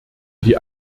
die